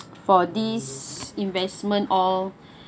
for this investment all